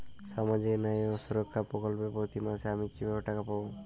সামাজিক ন্যায় ও সুরক্ষা প্রকল্পে প্রতি মাসে আমি কিভাবে টাকা পাবো?